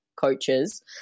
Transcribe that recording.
coaches